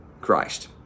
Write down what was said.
Christ